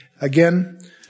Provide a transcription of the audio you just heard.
Again